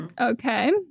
Okay